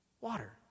Water